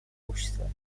общества